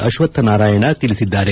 ಅಶ್ವತ್ ನಾರಾಯಣ ತಿಳಿಸಿದ್ದಾರೆ